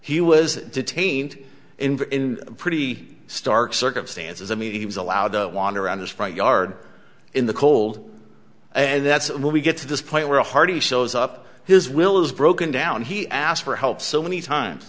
he was detained in pretty stark circumstances i mean he was allowed to wander around his front yard in the cold and that's when we get to this point where hearty shows up his will is broken down he asked for help so many times